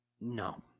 No